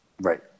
Right